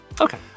Okay